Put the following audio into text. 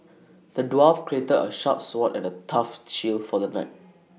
the dwarf create A sharp sword and A tough shield for the knight